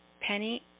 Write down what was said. Penny